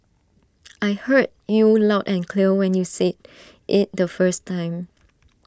I heard you loud and clear when you said IT the first time